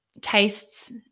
tastes